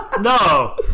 No